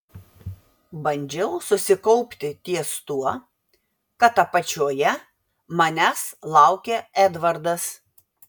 bandžiau susikaupti ties tuo kad apačioje manęs laukė edvardas